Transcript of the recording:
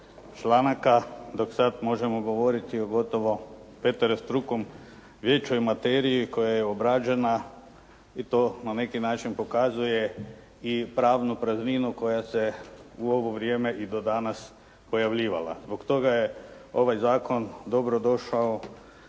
članaka dok sada možemo govoriti o gotovo peterostrukom biću i materiji koja je obrađena i to na neki način pokazuje i pravnu prazninu koja se u ovo vrijem i do danas pojavljivanja. Zbog toga je ovaj zakon dobrodošao